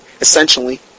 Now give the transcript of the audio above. essentially